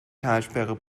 talsperre